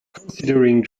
considering